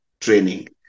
training